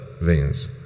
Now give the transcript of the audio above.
veins